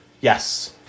Yes